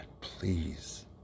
please